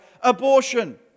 abortion